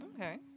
Okay